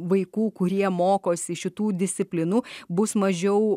vaikų kurie mokosi šitų disciplinų bus mažiau